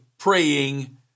praying